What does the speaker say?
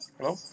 Hello